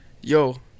Yo